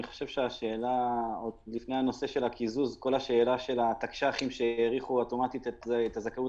כל התקש"חים שהאריכו אוטומטית את הזכאות